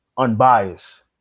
unbiased